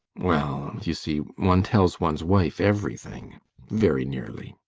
well, you see one tells one's wife everything very nearly.